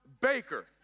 Baker